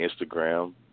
Instagram